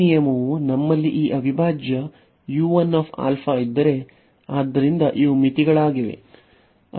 ಈ ನಿಯಮವು ನಮ್ಮಲ್ಲಿ ಈ ಅವಿಭಾಜ್ಯ ಇದ್ದರೆ ಆದ್ದರಿಂದ ಇವು ಮಿತಿಗಳಾಗಿವೆ